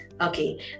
Okay